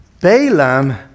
Balaam